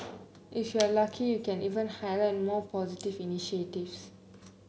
if you are lucky you can even highlight your more positive initiatives